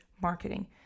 marketing